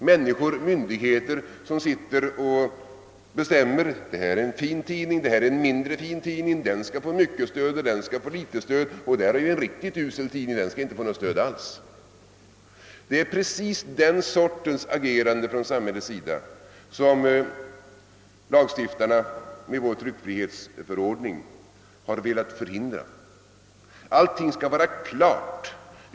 Människor och myndigheter skulle bestämma: Det här är en fin tidning, den skall få mycket stöd; det här är mindre fin tidning, den skall få mindre; det här är en riktigt usel tidning, den skall inte få något stöd alls. Det är precis den sortens agerande från samhällets sida som lagstiftarna velat förhindra med vår tryckfrihetsförordning. Allting skall vara klart.